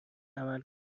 عمل